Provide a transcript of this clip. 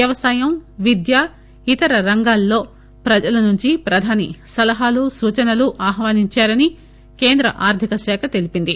వ్యవసాయం విద్య ఇతర రంగాల్లో ప్రజల నుంచి ప్రధాని సలహాలు సూచనలు ఆహ్వానించారని కేంద్ర ఆర్థిక శాఖ తెలిపింది